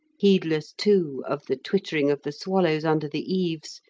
heedless, too, of the twittering of the swallows under the eaves,